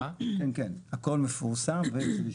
הכול מפורסם.